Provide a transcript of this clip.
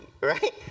right